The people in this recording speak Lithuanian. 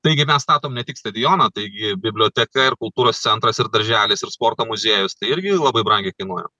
taigi mes statom ne tik stadioną taigi biblioteka ir kultūros centras ir darželis ir sporto muziejus tai irgi labai brangiai kainuoja